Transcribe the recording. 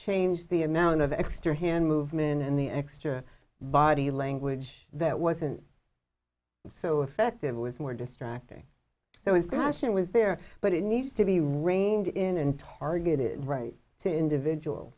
change the amount of extra hand movement and the extra body language that wasn't so effective was more distracting so his passion was there but it needs to be reined in and targeted right to individual